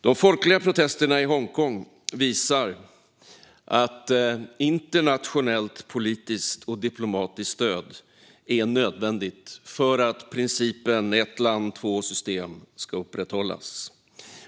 De folkliga protesterna i Hongkong visar att internationellt politiskt och diplomatiskt stöd är nödvändigt för att principen "ett land, två system" ska upprätthållas.